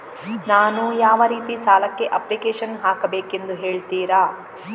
ನಾನು ಯಾವ ರೀತಿ ಸಾಲಕ್ಕೆ ಅಪ್ಲಿಕೇಶನ್ ಹಾಕಬೇಕೆಂದು ಹೇಳ್ತಿರಾ?